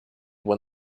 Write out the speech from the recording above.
when